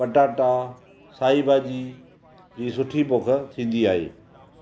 पटाटा साई भाॼी जी सुठी पोख थींदी आहे